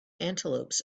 antelopes